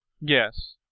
Yes